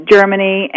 Germany